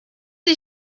sie